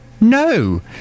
no